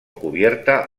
cubierta